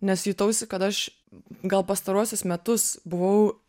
nes jutausi kad aš gal pastaruosius metus buvau